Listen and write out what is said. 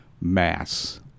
mass